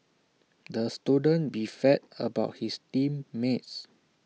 the student about his team mates